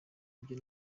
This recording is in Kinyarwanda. ibyo